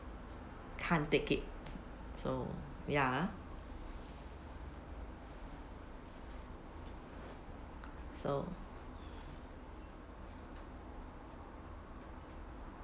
can't take it so ya so